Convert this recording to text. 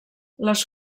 les